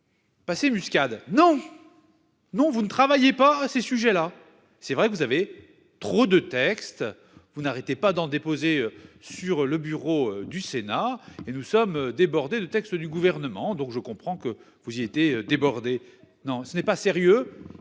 Passez muscade. Non. Non vous ne travaillez pas ces sujets là. C'est vrai vous avez trop de textes vous n'arrêtait pas d'en déposer sur le bureau du Sénat et nous sommes débordés texte du gouvernement, donc je comprends que vous y été débordé. Non ce n'est pas sérieux